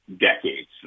decades